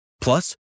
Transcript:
Plus